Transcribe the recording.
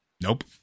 Nope